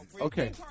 Okay